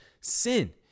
sin